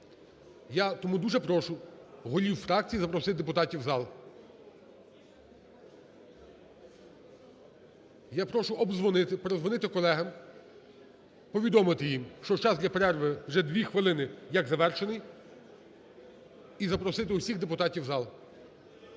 Я тому дуже прошу голів фракцій запросити депутатів у зал, я прошу обдзвонити, передзвонити колегам, повідомити їм, що час для перерви вже дві хвилини як завершений, і запросити всіх депутатів у зал.